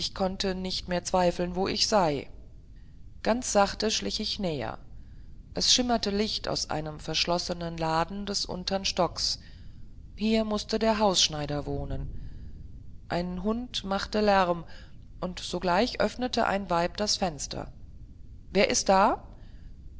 konnte nicht mehr zweifeln wo ich sei ganz sachte schlich ich näher es schimmerte licht aus einem verschlossenen laden des untern stocks hier mußte der hausschneider wohnen ein hund machte lärm und sogleich öffnete ein weib das fenster wer ist da